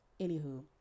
Anywho